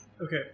Okay